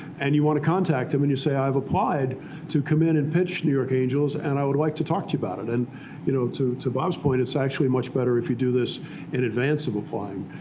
and you want to contact them, and you say, i've applied to come in and pitch new york angels, and i would like to talk to you about it. and you know to to bob's point, it's actually much better if you do this in advance of applying.